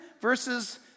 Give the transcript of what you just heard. verses